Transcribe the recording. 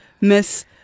Miss